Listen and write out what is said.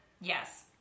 Yes